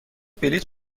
بلیط